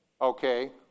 Okay